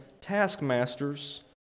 taskmasters